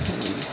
ଆ